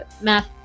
math